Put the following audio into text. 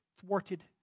thwarted